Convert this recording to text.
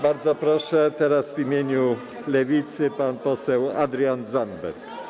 Bardzo proszę, teraz w imieniu Lewicy pan poseł Adrian Zandberg.